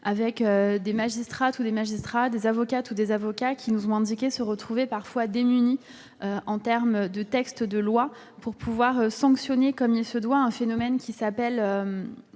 des magistrates et des magistrats, des avocates et des avocats, qui nous ont indiqué se trouver parfois démunis, en matière de textes de loi, pour pouvoir sanctionner comme il se doit un phénomène appelé